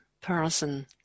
person